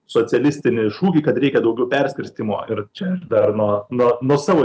socialistinį šūkį kad reikia daugiau perskirstymo ir čia ir dar nuo nuo nuo savo